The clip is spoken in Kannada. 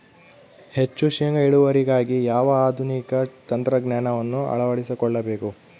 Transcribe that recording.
ಹೆಚ್ಚು ಶೇಂಗಾ ಇಳುವರಿಗಾಗಿ ಯಾವ ಆಧುನಿಕ ತಂತ್ರಜ್ಞಾನವನ್ನು ಅಳವಡಿಸಿಕೊಳ್ಳಬೇಕು?